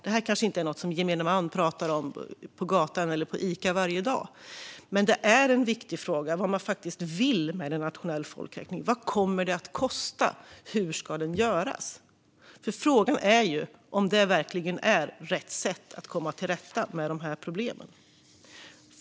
Det kanske inte är något som gemene man pratar om på gatan eller på Ica varje dag, men det är en viktig fråga vad man faktiskt vill med en nationell folkräkning. Vad kommer det att kosta? Hur ska den göras? Frågan är om det verkligen är rätt sätt att komma till rätta med de här problemen.